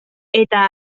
eta